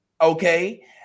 okay